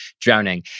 drowning